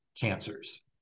cancers